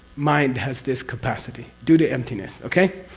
mind has this capacity due to emptiness. okay?